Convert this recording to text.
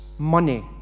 money